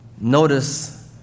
Notice